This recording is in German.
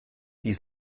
die